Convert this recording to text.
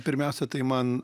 pirmiausia tai man